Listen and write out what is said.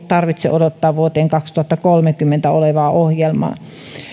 tarvitse odottaa vuoteen kaksituhattakolmekymmentä ulottuvaa ohjelmaa